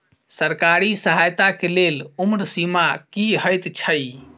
सरकारी सहायता केँ लेल उम्र सीमा की हएत छई?